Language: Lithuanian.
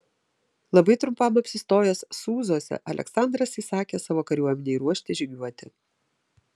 labai trumpam apsistojęs sūzuose aleksandras įsakė savo kariuomenei ruoštis žygiuoti